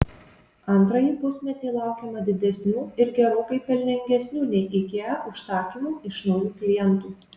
antrąjį pusmetį laukiama didesnių ir gerokai pelningesnių nei ikea užsakymų iš naujų klientų